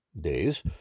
days